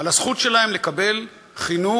על הזכות שלהם לקבל חינוך